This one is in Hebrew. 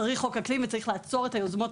צריך חוק אקלים וצריך לעצור את היוזמות